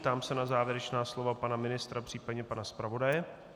Ptám se na závěrečná slova pana ministra, případně pana zpravodaje.